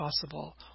possible